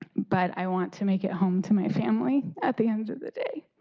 but i want to make it home to my family at the end of the day.